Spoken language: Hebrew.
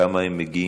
כמה מגיעים,